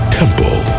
temple